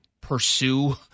pursue